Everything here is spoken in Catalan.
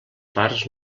parts